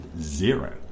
zero